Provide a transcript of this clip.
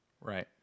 Right